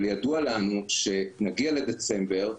אבל ידוע לנו שנגיע לדצמבר,